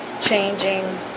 changing